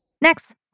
Next